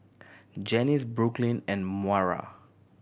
Janice Brooklyn and Moira